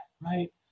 right